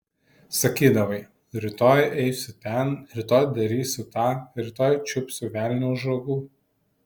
sakydavai rytoj eisiu ten rytoj darysiu tą rytoj čiupsiu velnią už ragų